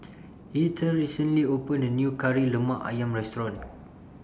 Eithel recently opened A New Kari Lemak Ayam Restaurant